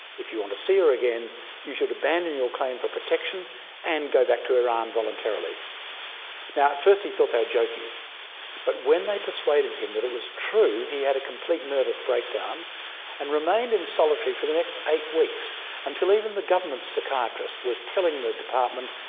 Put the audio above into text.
if you want to see her again you should abandon your claim for protection and go back to iran voluntarily now at first he thought they were ah joking but when they persuaded him that it was true he had a complete nervous breakdown and remained in solitary for the next eight weeks until even the government psychiatrist was telling the department,